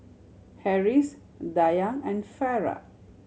Harris Dayang and Farah